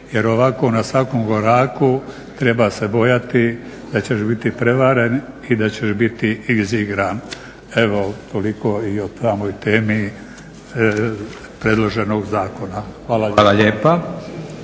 jer ovako na svakom koraku treba se bojati da ćeš biti prevaren i da ćeš biti izigran. Evo toliko i o samoj temi predloženog zakona. Hvala lijepa.